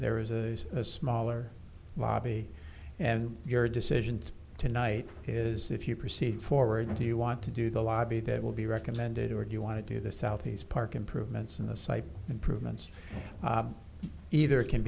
there is a smaller lobby and your decision tonight is if you proceed forward do you want to do the lobby that will be recommended or do you want to do the southeast park improvements and the site improvements either can